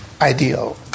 Ideal